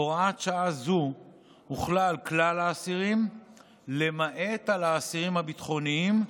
הוראת שעה זו הוחלה על כלל האסירים למעט על האסירים הביטחוניים,